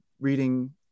reading